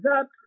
up